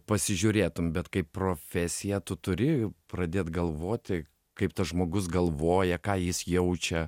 pasižiūrėtum bet kai profesija tu turi pradėt galvoti kaip tas žmogus galvoja ką jis jaučia